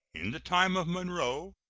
in the time of monroe,